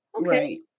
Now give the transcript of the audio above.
Okay